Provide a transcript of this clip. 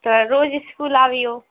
तऽ रोज इसकूल आबियौ